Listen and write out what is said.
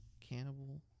Cannibal